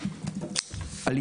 דיברנו קצת על זה שיש דוחות על עלייה